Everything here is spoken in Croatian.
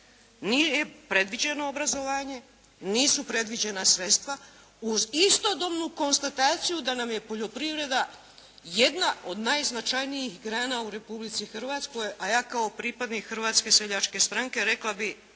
Nije predviđeno obrazovanje, nisu predviđena sredstva uz istodobnu konstataciju da nam je poljoprivreda jedna od najznačajnijih grana u Republici Hrvatskoj, a ja kao pripadnik Hrvatske seljačke stranke rekla bi,